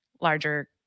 larger